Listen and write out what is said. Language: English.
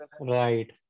Right